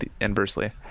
inversely